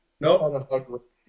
Nope